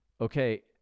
okay